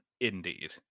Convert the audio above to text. Indeed